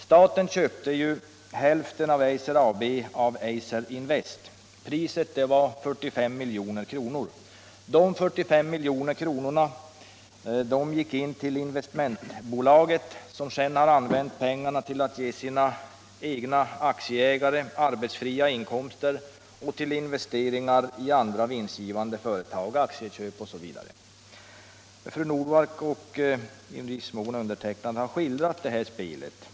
Staten köpte ju hälften av AB Eiser, av Eiser Invest AB. Priset var 45 milj.kr. Dessa Nr 30 45 miljoner gick till investmentbolaget, som sedan har använt pengarna Fredagen den till att ge sina egna aktieägare arbetsfria inkomster, och till investeringar 19 november 1976 i andra vinstgivande företag, aktieköp osv. Fru Normark och i viss mån = jag har skildrat det här spelet.